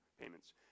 payments